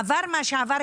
עבר מה שעבר,